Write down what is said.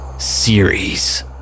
series